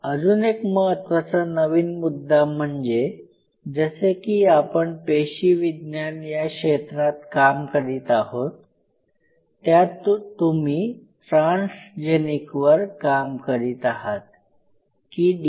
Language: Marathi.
अजून एक महत्त्वाचा नवीन मुद्दा म्हणजे जसे की आपण पेशीविज्ञान या क्षेत्रात काम करीत आहोत त्यात तुम्ही ट्रान्सजेनिकवर काम करीत आहात की डी